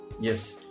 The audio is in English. Yes